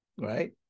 right